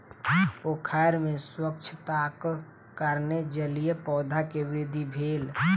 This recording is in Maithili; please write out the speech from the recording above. पोखैर में स्वच्छताक कारणेँ जलीय पौधा के वृद्धि भेल